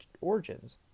origins